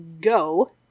go